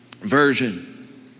Version